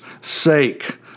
sake